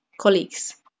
colleagues